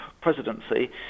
presidency